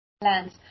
plans